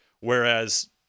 whereas